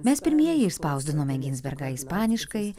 mes pirmieji išspausdinome ginsbergą ispaniškai